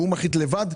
הוא מחליט לבד.